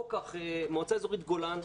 מועצה אזורית גולן,